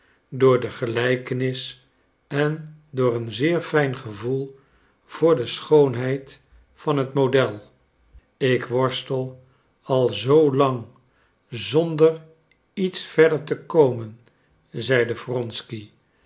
door de gelijkenis en door een zeer fijn gevoel voor de schoonheid van het model ik worstel al zoo lang zonder iets verder te komen zeide wronsky